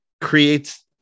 creates